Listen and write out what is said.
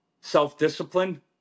self-discipline